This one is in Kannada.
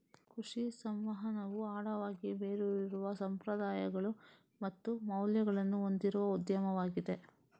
ಕೃಷಿ ಸಂವಹನವು ಆಳವಾಗಿ ಬೇರೂರಿರುವ ಸಂಪ್ರದಾಯಗಳು ಮತ್ತು ಮೌಲ್ಯಗಳನ್ನು ಹೊಂದಿರುವ ಉದ್ಯಮವಾಗಿದೆ